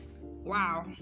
wow